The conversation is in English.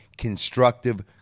constructive